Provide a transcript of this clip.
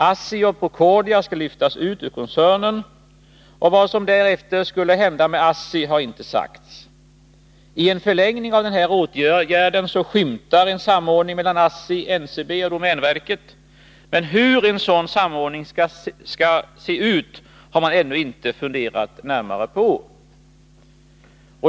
ASSI och Procordia skall lyftas ut ur koncernen. Vad som därefter skall hända med ASSI har inte sagts. I förlängningen av den här åtgärden skymtar en samordning mellan ASSI, NCB och domänverket, men hur en sådan samordning skall se ut har man ännu inte funderat närmare på.